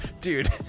dude